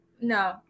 No